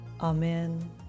Amen